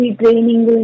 training